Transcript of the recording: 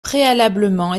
préalablement